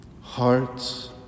Hearts